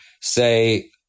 Say